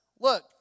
Look